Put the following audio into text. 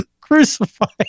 crucified